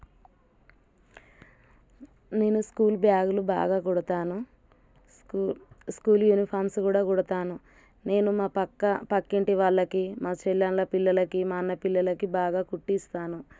నేను స్కూల్ బ్యాగులు బాగా కుడతాను స్కూల్ స్కూల్ యూనిఫామ్స్ కూడా కుడతాను నేను మా పక్క పక్కింటి వాళ్ళకి మా చెళ్ళోన్ల పిల్లలకి మా అన్న పిల్లలకి బాగా కుట్టిస్తాను